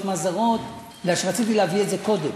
מס זרות בגלל שרציתי להביא את זה קודם.